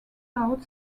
out